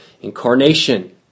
incarnation